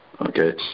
Okay